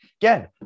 Again